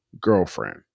girlfriend